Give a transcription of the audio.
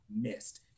missed